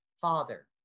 Father